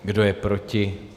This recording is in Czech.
Kdo je proti?